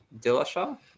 Dillashaw